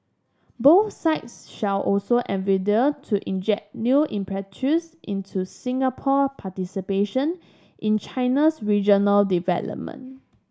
both sides shall also endeavour to inject new impetus into Singapore participation in China's regional development